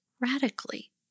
radically